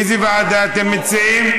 איזו ועדה אתם מציעים?